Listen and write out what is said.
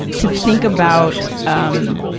to think about, um,